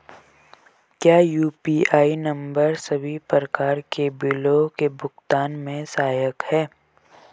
क्या UPI number सभी प्रकार के बिलों के भुगतान में सहायक हैं?